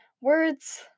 Words